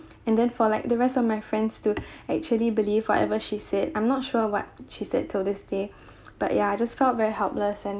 and then for like the rest of my friends to actually believe whatever she said I'm not sure what she said until this day but ya I just felt very helpless and